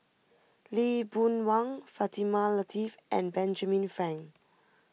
Lee Boon Wang Fatimah Lateef and Benjamin Frank